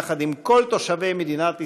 יחד עם כל תושבי מדינת ישראל,